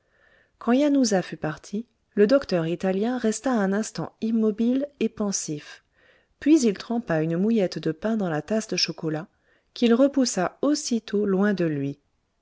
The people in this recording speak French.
quand yanuza fut partie le docteur italien resta un instant immobile et pensif puis il trempa une mouillette de pain dans la tasse de chocolat qu'il repoussa aussitôt loin de lui